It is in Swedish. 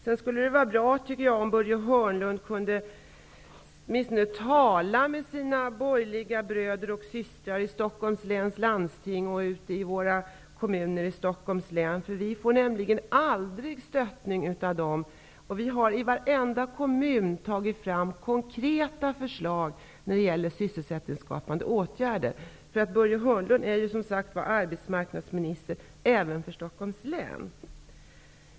Sedan skulle det vara bra, tycker jag, om Börje Hörnlund åtminstone kunde tala med sina borgerliga bröder och systrar i Stockholms läns landsting och ute i våra kommuner i Stockholms län. Vi får nämligen aldrig stöd av dem. I varenda kommun har vi tagit fram konkreta förslag när det gäller sysselsättningsskapande åtgärder. Börje Hörnlund är som sagt arbetsmarknadsminister även för Stockholms län.